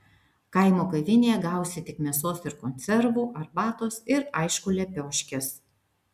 kaimo kavinėje gausi tik mėsos ir konservų arbatos ir aišku lepioškės